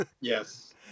Yes